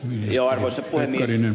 arvoisa puhemies